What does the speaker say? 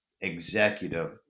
executive